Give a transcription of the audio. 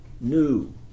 new